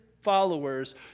followers